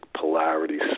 polarity